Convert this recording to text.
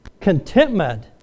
contentment